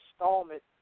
installment